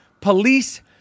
Police